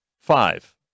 Five